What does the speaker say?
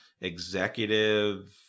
executive